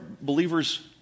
believers